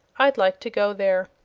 i'd like to go there.